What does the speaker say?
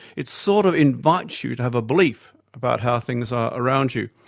it sort of invites you to have a belief about how things are around you.